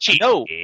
No